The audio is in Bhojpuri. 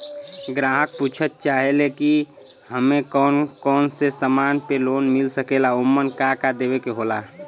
ग्राहक पुछत चाहे ले की हमे कौन कोन से समान पे लोन मील सकेला ओमन का का देवे के होला?